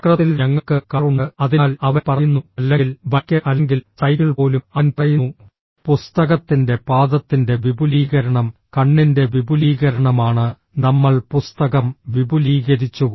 ചക്രത്തിൽ ഞങ്ങൾക്ക് കാർ ഉണ്ട് അതിനാൽ അവൻ പറയുന്നു അല്ലെങ്കിൽ ബൈക്ക് അല്ലെങ്കിൽ സൈക്കിൾ പോലും അവൻ പറയുന്നു പുസ്തകത്തിൻറെ പാദത്തിൻറെ വിപുലീകരണം കണ്ണിൻറെ വിപുലീകരണമാണ് നമ്മൾ പുസ്തകം വിപുലീകരിച്ചു